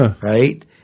Right